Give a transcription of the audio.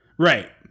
Right